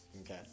Okay